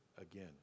again